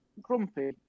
grumpy